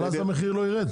אבל אז המחיר לא ירד.